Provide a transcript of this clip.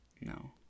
No